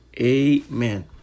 amen